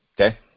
okay